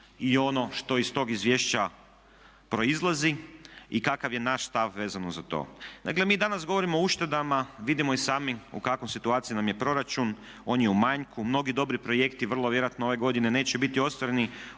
i ono što iz tog izvješća proizlazi i kakav je naš stav vezano za to. Dakle, mi danas govorimo o uštedama, vidimo i sami u kakvoj situaciji nam je proračun. On je u manjku. Mnogi dobri projekti vrlo vjerojatno ove godine neće biti ostvareni